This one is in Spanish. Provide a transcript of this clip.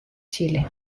chile